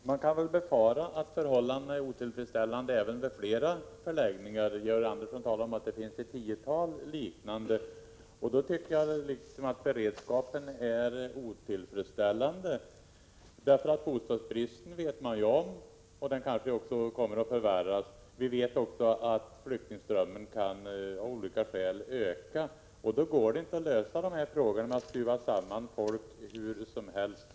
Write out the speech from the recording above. Herr talman! Man kan väl befara att förhållandena är otillfredsställande vid fler förläggningar. Georg Andersson sade att det finns ett tiotal liknande förläggningar. Då tycker jag att beredskapen är otillfredsställande. Man vet ju att det är bostadsbrist, och denna kan kanske förvärras. Vi vet också att flyktingströmmen av olika skäl kan öka, och då går det inte att lösa de här problemen genom att stuva samman folk hur som helst.